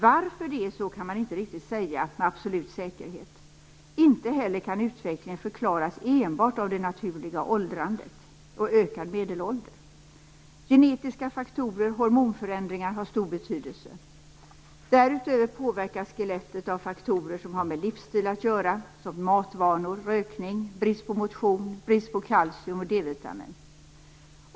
Varför det är så kan man inte säga med absolut säkerhet. Inte heller kan utvecklingen förklaras enbart av det naturliga åldrandet och ökad medelålder. Genetiska faktorer och hormonförändringar har stor betydelse. Därutöver påverkas skelettet av faktorer som har med livsstil att göra såsom matvanor, rökning, brist på motion och brist på kalcium och D-vitamin.